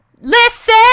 listen